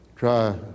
try